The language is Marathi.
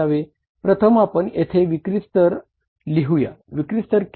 प्रथम आपण यथे विक्री स्तर लिहूया विक्री स्तर किती आहे